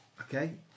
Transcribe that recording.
Okay